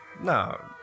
No